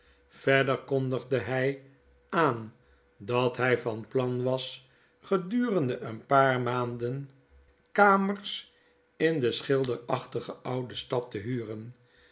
verder kondigde hij aan dat hy van plan was gedurende een paar maanden kamers in de schilderachtige oude stad te hijren